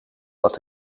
dat